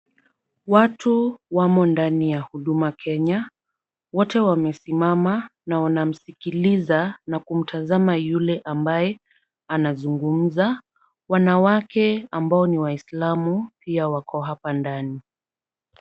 Watu wamo ndani ya huduma Kenya. Wote wamesimama na wanamsikiliza na kumtazama yule ambaye anazungumza. Wanawake ambao ni waislamu pia wako hapa ndani.